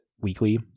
weekly